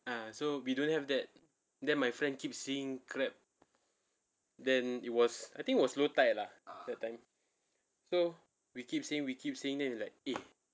ah so we don't have that then my friend keep seeing crab then it was I think it was low tide lah that time so we keep seeing we keep seeing then it's like eh